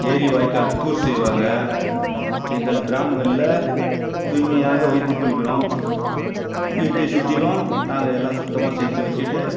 ஏரி வாய்க்கால் தூர் செய்வாங்க எங்கள் கிராமங்களில் தூய்மையாக வைத்து கொள்கிறோம் வீட்டை சுற்றிலும் நாங்கள் எல்லாம் சுத்தமாக செஞ்சு வைச்சிட்டு